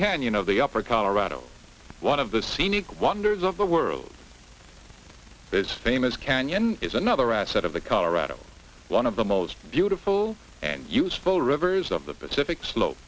canyon of the upper colorado one of the scenic wonders of the world his famous canyon is another asset of the colorado one of the most beautiful and useful rivers of the pacific slo